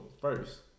first